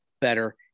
Better